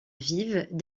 vives